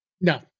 No